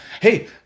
Hey